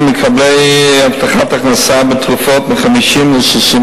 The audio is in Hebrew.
מקבלי הבטחת הכנסה בתרופות מ-50% ל-60%.